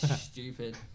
stupid